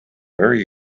very